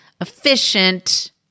efficient